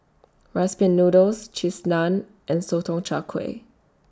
Rice Pin Noodles Cheese Naan and Sotong Char Kway